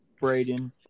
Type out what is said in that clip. Braden